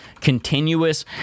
continuous